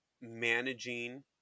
managing